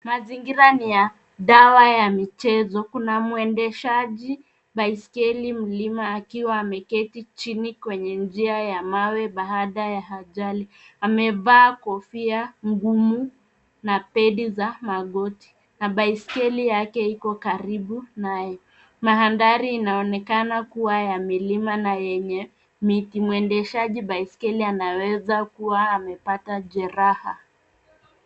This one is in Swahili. Mazingira ni ya dawa ya michezo; kuna mwendeshaji baisikeli mlima akiwa ameketi chini kwenye njia ya mawe baada ya ajali. Amevaa kofia ngumu na pedi za magoti na baisikeli yake iko karibu naye. Mandhari inaonekana kuwa ya milima na yenye miti. Mwendeshaji baisikeli anaweza kuwa amepata jeraha.